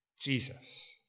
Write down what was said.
Jesus